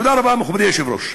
תודה רבה, מכובדי היושב-ראש.